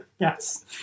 Yes